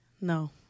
No